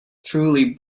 truly